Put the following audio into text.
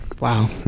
Wow